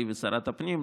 שלי ושל שרת הפנים,